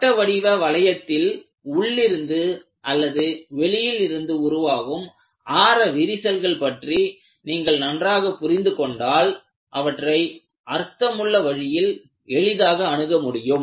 வட்ட வடிவ வளையத்தில் உள்ளிருந்து அல்லது வெளியில் இருந்து உருவாகும் ஆர விரிசல்கள் பற்றி நீங்கள் நன்றாக புரிந்து கொண்டால் அவற்றை அர்த்தமுள்ள வழியில் எளிதாக அணுக முடியும்